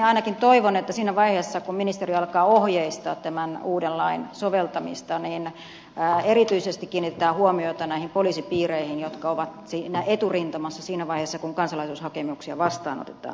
ainakin toivon että siinä vaiheessa kun ministeri alkaa ohjeistaa tämän uuden lain soveltamista erityisesti kiinnitetään huomiota poliisipiireihin jotka ovat eturintamassa siinä vaiheessa kun kansalaisuushakemuksia vastaanotetaan